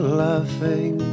laughing